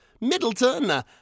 Middleton